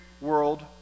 world